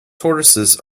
tortoises